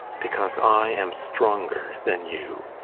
because i am stronger than you,